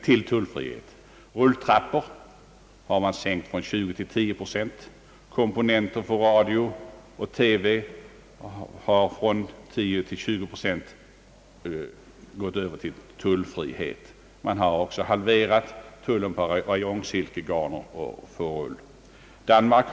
Tullarna på rulltrappor har sänkts från 20 procent till 10 procent och tullen på radiooch TV-komponenter, som uppgick till mellan 10 procent och 20 procent, har slopats. Dessutom har tullen på rayonsilkegarner och på ull halverats.